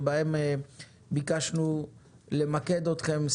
שבהן ביקשנו למקד אתכם,